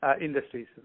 industries